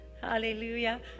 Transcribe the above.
hallelujah